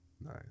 Nice